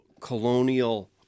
colonial